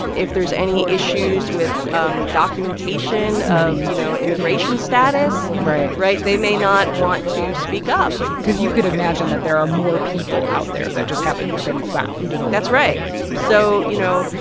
if there's any issues with um documentation of, you know, immigration status. right. right? they may not want to speak up cause you could imagine that there are more people out there that just haven't been found that's right right so, you know,